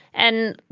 and,